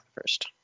first